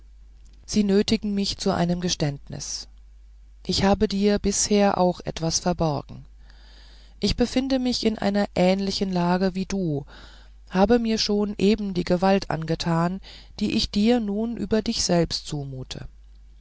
sie nötigen mich zu einem geständnis ich habe dir bisher auch etwas verborgen ich befinde mich in einer ähnlichen lage wie du und habe mir schon eben die gewalt angetan die ich dir nun über dich selbst zumute